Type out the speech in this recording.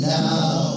now